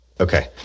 Okay